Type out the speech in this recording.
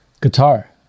Guitar